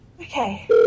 Okay